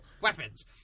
weapons